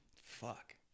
Fuck